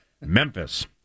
Memphis